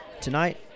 Tonight